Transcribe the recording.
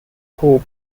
hope